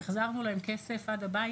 החזרנו להם כסף עד הבית,